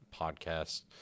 podcast